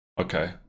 Okay